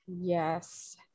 Yes